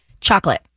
Chocolate